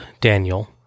Daniel